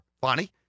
Bonnie